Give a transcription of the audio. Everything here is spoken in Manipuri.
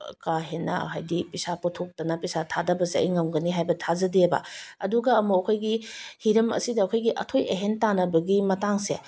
ꯀꯥꯍꯦꯟꯅ ꯍꯥꯏꯗꯤ ꯄꯩꯁꯥ ꯄꯨꯊꯣꯛꯇꯅ ꯄꯩꯁꯥ ꯊꯥꯗꯕꯁꯦ ꯑꯩ ꯉꯝꯒꯅꯤ ꯍꯥꯏꯕ ꯊꯥꯖꯗꯦꯕ ꯑꯗꯨꯒ ꯑꯃꯨꯛ ꯑꯩꯈꯣꯏꯒꯤ ꯍꯤꯔꯝ ꯑꯁꯤꯗ ꯑꯩꯈꯣꯏꯒꯤ ꯑꯊꯣꯏ ꯑꯍꯦꯟ ꯇꯥꯟꯅꯕꯒꯤ ꯃꯇꯥꯡꯁꯦ